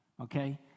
okay